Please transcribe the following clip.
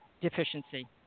deficiency